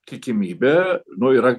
tikimybė nu yra